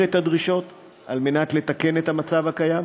את הדרישות כדי לתקן את המצב הקיים?